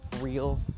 real